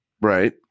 Right